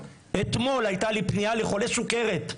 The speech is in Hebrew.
אתמול הייתה לי פנייה של חולה סוכרת,